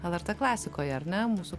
lrt klasikoje ar ne mūsų